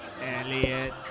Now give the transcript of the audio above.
Elliot